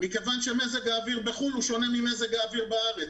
מכיוון שמזג האוויר בחו"ל מזג האוויר שונה ממזג האוויר בארץ.